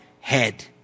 head